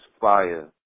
fire